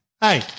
Hey